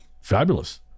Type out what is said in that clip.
fabulous